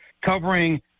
covering